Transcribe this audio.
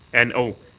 and, oh,